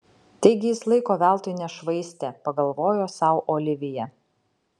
taigi jis laiko veltui nešvaistė pagalvojo sau olivija